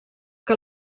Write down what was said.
que